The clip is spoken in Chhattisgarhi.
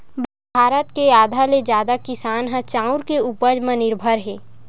भारत के आधा ले जादा किसान ह चाँउर के उपज म निरभर हे